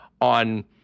on